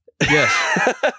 Yes